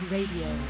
Radio